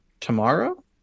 tomorrow